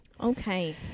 okay